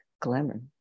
glamour